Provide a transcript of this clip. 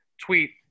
tweet